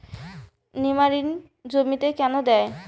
নিমারিন জমিতে কেন দেয়?